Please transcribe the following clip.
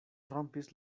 rompis